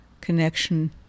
connection